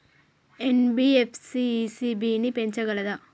NBFC ECB ని పెంచగలదా?